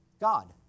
God